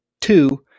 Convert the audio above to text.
Two